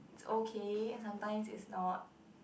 it's okay sometimes it's not